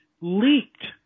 leaked